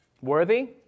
Worthy